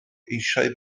eisiau